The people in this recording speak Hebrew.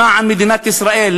למען מדינת ישראל,